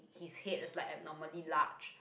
his head is like abnormally large